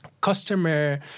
customer